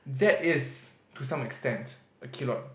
that is to some extend a keloid